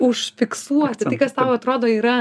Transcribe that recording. užfiksuoti kas tau atrodo yra